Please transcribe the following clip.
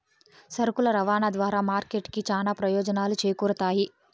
సరుకుల రవాణా ద్వారా మార్కెట్ కి చానా ప్రయోజనాలు చేకూరుతాయి